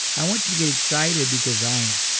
i want you to get excited because i am.